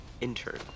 intern